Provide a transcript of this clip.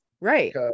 right